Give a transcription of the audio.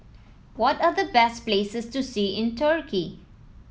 what are the best places to see in Turkey